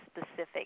specific